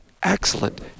Excellent